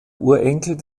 urenkel